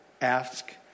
ask